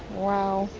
wow.